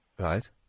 Right